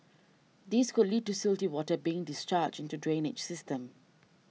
this could lead to silty water being discharged into the drainage system